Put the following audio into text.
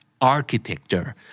architecture